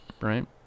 right